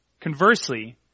conversely